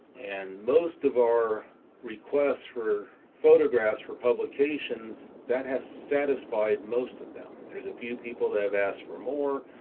and most of our requests for photographs for publications, that has satisfied most of them. there's a few people that have asked for more.